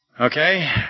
Okay